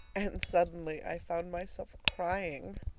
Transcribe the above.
and suddenly i found myself crying!